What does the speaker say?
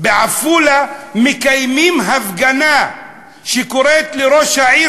בעפולה מקיימים הפגנה שקוראת לראש העיר,